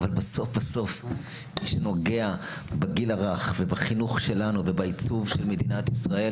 אבל בסוף בסוף מי שנוגע בגיל הרך ובחינוך שלנו ובעיצוב של מדינת ישראל,